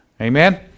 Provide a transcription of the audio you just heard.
Amen